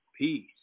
Peace